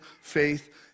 faith